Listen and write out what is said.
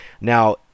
Now